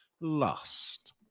lust